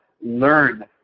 Learn